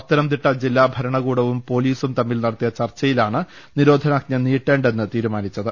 പത്ത നംതിട്ട ജില്ലാഭരണകൂടവും പൊലീസും തമ്മിൽ നട ത്തിയ ചർച്ചയിലാണ് നിരോധനാജ്ഞ നീട്ടേണ്ടെന്ന് തീരുമാനിച്ചത്